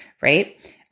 right